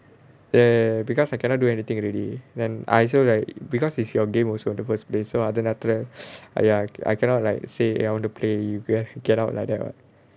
ya ya ya because I cannot do anything already then I also like because it's your game also in the first place so and then after that !aiya! I cannot like say eh I want to play you can just get out like that [what]